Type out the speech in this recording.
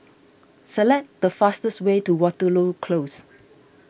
select the fastest way to Waterloo Close